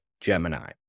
Gemini